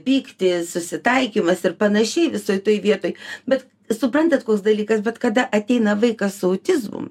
pyktis susitaikymas ir panašiai visoj toj vietoj bet suprantat koks dalykas bet kada ateina vaikas su autizmu